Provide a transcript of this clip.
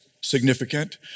significant